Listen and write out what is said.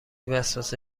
وسوسه